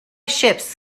ships